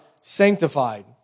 sanctified